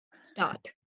start